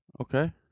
okay